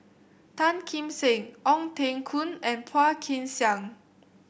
Tan Kim Seng Ong Teng Koon and Phua Kin Siang